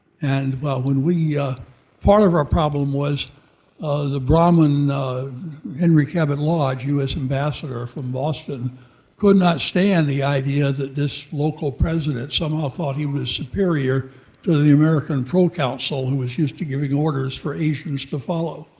and when yeah part of our problem was the brahman henry cabot lodge, us ambassador from boston could not stand the idea that this local president somehow thought he was superior to the the american proconsul who was used to giving orders for asians to follow.